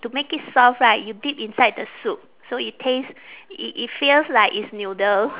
to make it soft right you dip inside the soup so it tastes it it feels like it's noodle